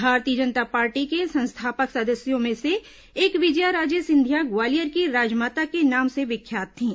भारतीय जनता पार्टी के संस्थापक सदस्यों में से एक विजया राजे सिंधिया ग्वालियर की राजमाता के नाम से विख्यात थीं